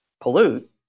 pollute